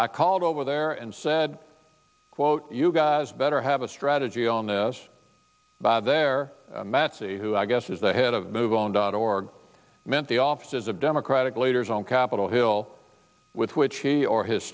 i called over there and said quote you guys better have a strategy on this there matt see who i guess is the head of move on dot org meant the offices of democratic leaders on capitol hill with which he or his